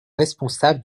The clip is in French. responsables